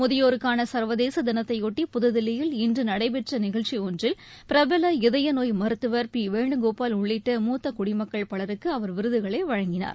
முதியோருக்கான சா்வதேச தினத்தையொட்டி புதுதில்லியில் இன்று நடைபெற்ற நிகழ்ச்சி ஒன்றில் பிரபல இதய நோய் மருத்துவர் பி வேணுகோபால் உள்ளிட்ட மூத்த குடிமக்கள் பலருக்கு அவர் விருதுகளை வழங்கினார்